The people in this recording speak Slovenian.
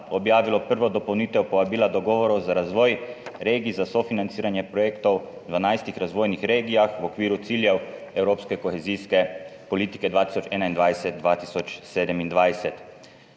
objavilo prvo dopolnitev povabila dogovorov za razvoj regij za sofinanciranje projektov v 12 razvojnih regijah v okviru ciljev evropske kohezijske politike 2021–2027.